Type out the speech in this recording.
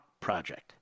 project